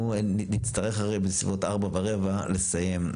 אנחנו נצטרך בסביבות 16:15 לסיים,